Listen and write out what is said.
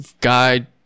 guide